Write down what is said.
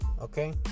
Okay